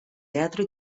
teatro